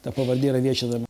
ta pavardė yra viešinama